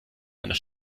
einer